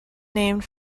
named